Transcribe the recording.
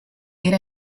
era